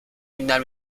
günler